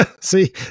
See